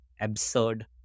absurd